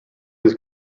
his